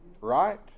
right